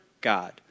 God